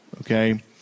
Okay